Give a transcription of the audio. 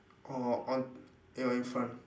or on ya in front